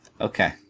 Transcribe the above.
okay